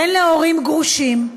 בן להורים גרושים,